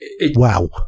Wow